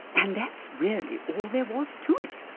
and that's really all there was to it.